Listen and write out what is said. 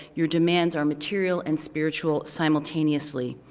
your demands are material and spiritual simultaneously.